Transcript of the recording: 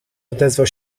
odezwał